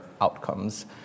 outcomes